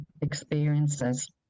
experiences